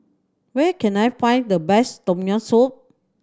where can I find the best Tom Yam Soup